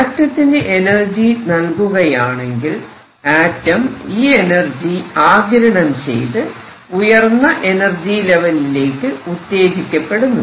ആറ്റത്തിന് energy നൽകുകയാണെങ്കിൽ ആറ്റം ഈ എനർജി ആഗിരണം ചെയ്ത് ഉയർന്ന എനർജി ലെവലിലേക്ക് ഉത്തേജിക്കപ്പെടുന്നു